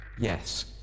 Yes